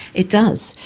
it does.